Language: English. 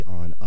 on